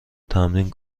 تمرین